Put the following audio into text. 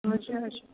हजुर